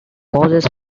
causes